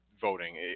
voting